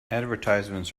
advertisements